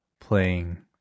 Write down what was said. playing